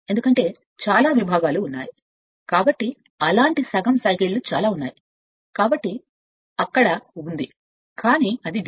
ఎందుకంటే చాలా విభాగాలు ఉన్నాయి కాబట్టి అలాంటి సగం సైకిళ్ళు చాలా ఉన్నాయి కాబట్టి అక్కడ ఉంది కానీ అది DC కానీ అది DC